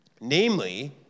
Namely